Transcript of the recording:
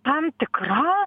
tam tikra